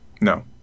no